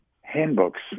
handbooks